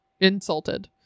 insulted